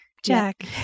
Jack